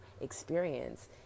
experience